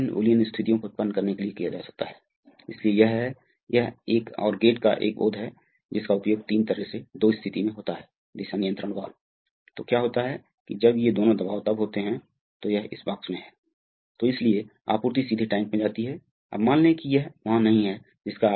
retraction stroke में retraction stroke में अब आप इस स्थिति में हैं अतः अब यह बस यह मार्ग है सीधे यह मार्ग है यह है कि कोई तरल पदार्थ नहीं है या कुछ भी नहीं है तो अब क्या हो रहा है कि अगर यह V है तो यह V है और जाहिर है क्योंकि यह सीधे इस में जाता है और यह क्या होने जा रहा है यह होने जा रहा है स्वाभाविक रूप से यह होगा अतः A में बल्कि ×v में